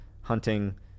hunting